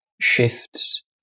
shifts